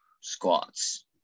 squats